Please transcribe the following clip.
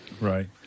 right